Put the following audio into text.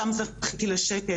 שם זכיתי לשקט,